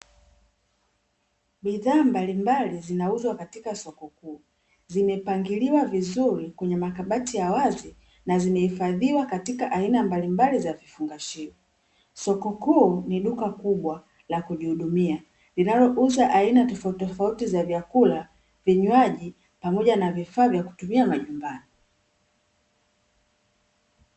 Bidhaa mbalimbali zinauzwa katika soko kuu. Zimepangiliwa vizuri kwenye makabati ya wazi na zimehifadhiwa katika aina mbalimbali za vifungashio. Soko kuu ni duka kubwa la kujihudumia linalouza aina tofautitofauti za vyakula, vinywaji pamoja na vifaa vya kutumia majumbani.